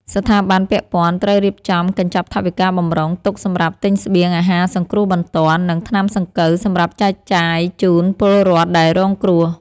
ស្ថាប័នពាក់ព័ន្ធត្រូវរៀបចំកញ្ចប់ថវិកាបម្រុងទុកសម្រាប់ទិញស្បៀងអាហារសង្គ្រោះបន្ទាន់ និងថ្នាំសង្កូវសម្រាប់ចែកចាយជូនពលរដ្ឋដែលរងគ្រោះ។